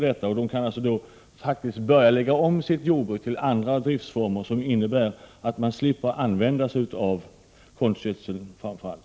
De kan alltså då börja lägga om sitt jordbruk till andra driftformer som innebär att man slipper använda framför allt konstgödsel.